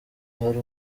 hari